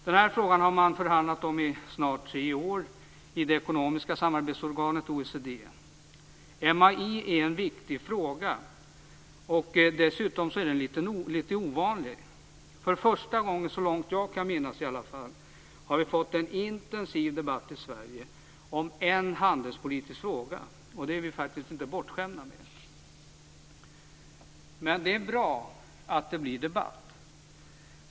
Den här frågan har man förhandlat om i snart tre år i det ekonomiska samarbetsorganet MAI är en viktig fråga, och dessutom är den litet ovanlig. För första gången, så långt jag kan minnas i alla fall, har vi fått en intensiv debatt i Sverige om en handelspolitisk fråga. Det är vi inte bortskämda med. Det är bra att det blir debatt.